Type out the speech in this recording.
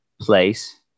place